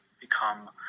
become